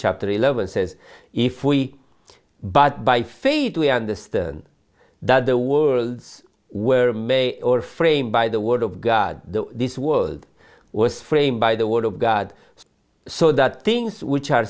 chapter eleven says if we but by faith we understand that the worlds were may or framed by the word of god this world was framed by the word of god so that things which are